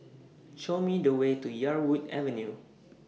Show Me The Way to Yarwood Avenue